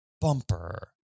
bumper